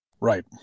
Right